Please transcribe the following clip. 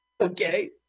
Okay